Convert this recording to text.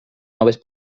noves